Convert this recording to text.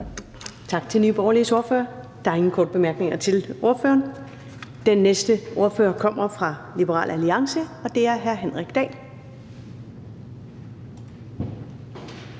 Tak til Nye Borgerliges ordfører. Der er ikke flere korte bemærkninger til ordføreren. Den næste ordfører er fra Liberal Alliance, og det er hr. Henrik Dahl.